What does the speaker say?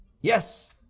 Yes